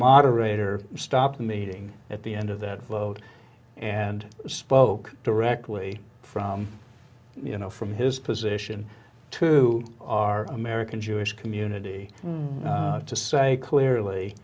moderate or stop meeting at the end of that vote and spoke directly from you know from his position to our american jewish community to say clearly